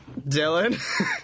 Dylan